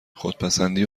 خودپسندی